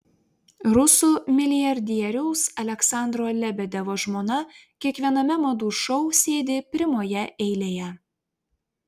rusų milijardieriaus aleksandro lebedevo žmona kiekviename madų šou sėdi primoje eilėje